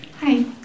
Hi